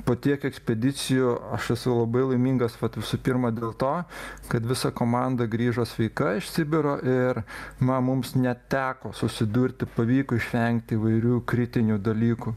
po tiek ekspedicijų aš esu labai laimingas vat visų pirma dėl to kad visa komanda grįžo sveika iš sibiro ir na mums neteko susidurti pavyko išvengti įvairių kritinių dalykų